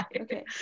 okay